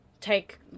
take